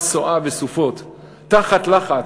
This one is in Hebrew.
תחת סועה וסופות / תחת לחץ,